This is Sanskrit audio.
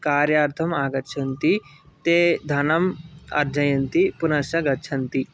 कार्यार्थम् आगच्छन्ति ते धनम् आर्जयन्ति पुनश्च गच्छन्ति